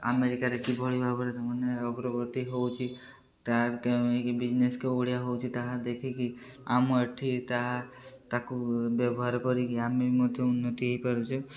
ଆମେରିକାରେ କିଭଳି ଭାବରେ ମାନେ ଅଗ୍ରଗତି ହେଉଛି ତାର କେମିତି ବିଜନେସ କେଉଁ ବଢ଼ିଆ ହେଉଛି ତାହା ଦେଖିକି ଆମ ଏଠି ତାହା ତାକୁ ବ୍ୟବହାର କରିକି ଆମେ ବି ମଧ୍ୟ ଉନ୍ନତି ହେଇପାରୁଛେ